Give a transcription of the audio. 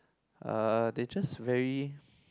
uh they just very